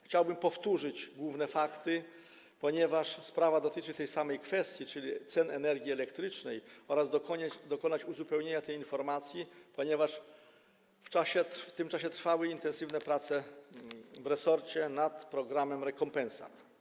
Chciałbym powtórzyć główne fakty, ponieważ sprawa dotyczy tej samej kwestii, czyli cen energii elektrycznej, oraz dokonać uzupełnienia tej informacji, ponieważ w tym czasie trwały intensywne prace w resorcie nad programem rekompensat.